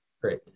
Great